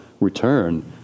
return